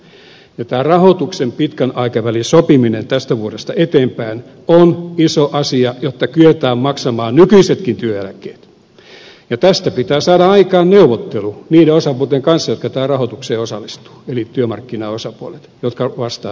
ja tämän rahoituksen pitkän aikavälin sopiminen tästä vuodesta eteenpäin on iso asia jotta kyetään maksamaan nykyisetkin työeläkkeet ja tästä pitää saada aikaan neuvottelu niiden osapuolten kanssa jotka tähän rahoitukseen osallistuvat eli työmarkkinaosapuolten kanssa jotka vastaavat tästä rahoituksesta